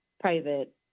private